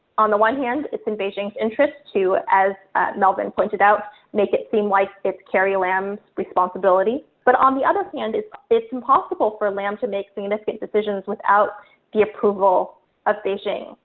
on the one hand, it's in beijing's interest to as melvin pointed out, make it seem like it's carrie lam's responsibility. but on the other hand, it's it's impossible for lamb to make significant decisions without the approval of beijing.